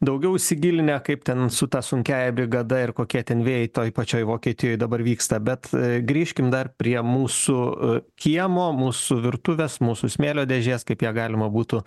daugiau įsigilinę kaip ten su ta sunkiąja brigada ir kokie ten vėjai toj pačioj vokietijoj dabar vyksta bet grįžkim dar prie mūsų kiemo mūsų virtuvės mūsų smėlio dėžės kaip ją galima būtų